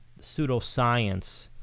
pseudoscience